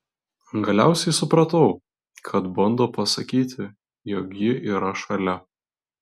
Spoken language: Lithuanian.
galiausiai supratau kad bando pasakyti jog ji yra šalia